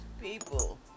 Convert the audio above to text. people